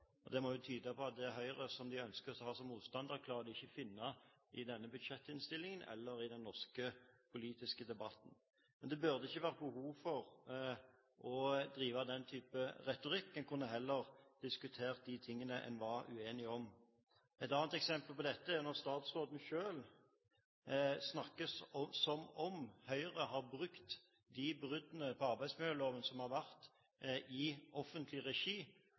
Det må tyde på at det Høyre de ønsker å ha som motstander, klarer de ikke å finne i denne budsjettinnstillingen eller i den norske politiske debatten. Men det burde ikke være behov for å drive med denne type retorikk, man kunne heller diskutere de tingene man er uenig om. Et annet eksempel på dette er når statsråden selv snakker som om Høyre har brukt bruddene på arbeidsmiljøloven som har vært i offentlig regi,